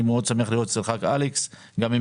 אני מאוד שמח להיות אצלך אלכס וגם להיות